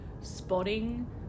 spotting